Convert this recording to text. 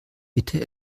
bitte